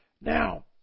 Now